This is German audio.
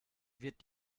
wird